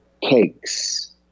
cakes